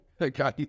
Okay